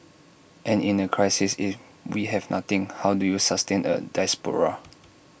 and in A crisis if we have nothing how do you sustain A diaspora